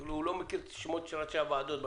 כי הוא לא מכיר את השמות של ראשי הוועדות בכנסת,